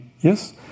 yes